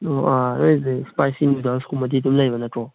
ꯅꯣꯏꯁꯦ ꯏꯁꯄꯤꯁꯤ ꯅꯨꯗꯜꯁꯀꯨꯝꯕꯗꯤ ꯑꯗꯨꯝ ꯂꯩꯕ ꯅꯠꯇ꯭ꯔꯣ